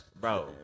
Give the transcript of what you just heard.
Bro